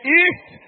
east